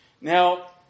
Now